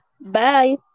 bye